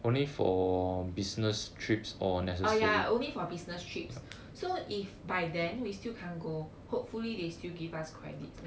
ah ya only for business trips so if by then we still can't go hopefully they still give us credit